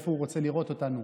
איפה הוא רוצה לראות אותנו.